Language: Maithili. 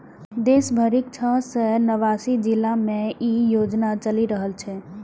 देश भरिक छह सय नवासी जिला मे ई योजना चलि रहल छै